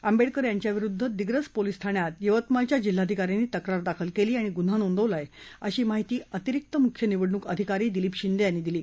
आंबेडकर यांच्याविरुद्ध दिग्रस पोलीस ठाण्यात यवतमाळच्या जिल्हाधिका यांनी तक्रार दाखल केली आणि गुन्हा नोंदवला आहे अशी माहिती अतिरिक्त मुख्य निवडणूक आधिकारी दिलीप शिंदे यांनी दिली